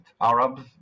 Arabs